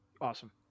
Awesome